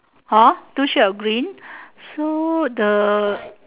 orh two shade of green so the